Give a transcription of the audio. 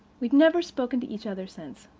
we've never spoken to each other since.